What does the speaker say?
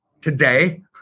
today